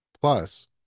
Plus